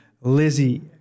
Lizzie